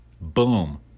boom